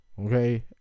okay